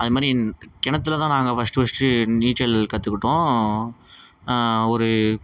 அது மாதிரி இன் கிணத்துல தான் நாங்கள் ஃபர்ஸ்ட்டு ஃபர்ஸ்ட்டு நீச்சல் கற்றுக்கிட்டோம் ஒரு